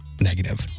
negative